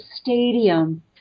stadium